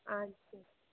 ஆ சரி